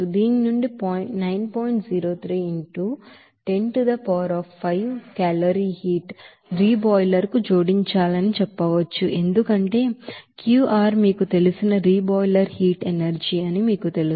03 into 10 to the power of 5 calorie heat reboiler కు జోడించాలని చెప్పవచ్చు ఎందుకంటే Qr మీకు తెలిసిన రీబాయిలర్ హీట్ ఎనర్జీ మీకు తెలుసు